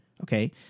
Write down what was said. Okay